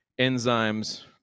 enzymes